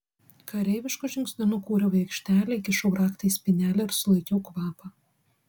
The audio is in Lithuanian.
kareivišku žingsniu nukūriau į aikštelę įkišau raktą į spynelę ir sulaikiau kvapą